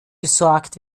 gesorgt